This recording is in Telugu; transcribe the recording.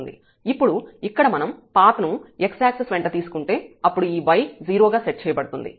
ఇప్పుడు ఇక్కడ మనం పాత్ ను x యాక్సిస్ వెంట తీసుకుంటే అంటే ఈ y 0 గా సెట్ చేయబడుతుంది